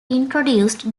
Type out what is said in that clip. introduced